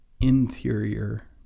interior